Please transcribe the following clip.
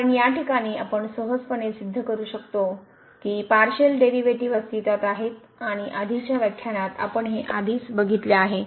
कारण या ठिकाणी आपण सहजपणे सिद्ध करू शकतो की पारशिअल डेरिव्हेटिव्ह अस्तित्त्वात आहेत आणि आधीच्या व्याख्यानात आपण हे आधीच केले आहेत